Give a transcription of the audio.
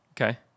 Okay